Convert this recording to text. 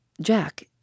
Jack